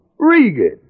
Regan